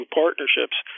partnerships